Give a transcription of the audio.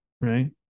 right